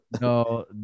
no